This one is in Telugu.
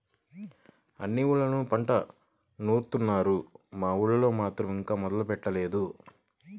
అన్ని ఊర్లళ్ళోనూ పంట నూరుత్తున్నారు, మన ఊళ్ళో మాత్రం ఇంకా మొదలే పెట్టలేదు